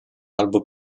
albo